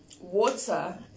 Water